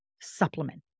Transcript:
supplement